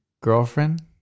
girlfriend